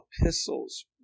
epistles